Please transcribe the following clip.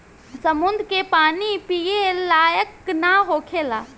समुंद्र के पानी पिए लायक ना होखेला